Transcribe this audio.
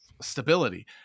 stability